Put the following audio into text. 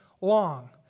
long